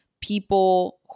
people